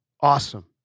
Awesome